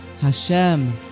Hashem